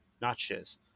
notches